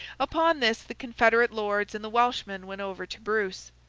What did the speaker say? upon this, the confederate lords and the welshmen went over to bruce.